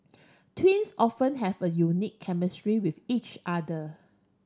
twins often have a unique chemistry with each other